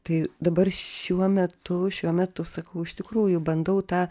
tai dabar šiuo metu šiuo metu sakau iš tikrųjų bandau tą